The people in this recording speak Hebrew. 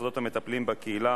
מולה.